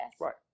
right